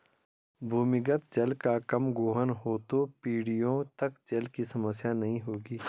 भूमिगत जल का कम गोहन हो तो पीढ़ियों तक जल की समस्या नहीं होगी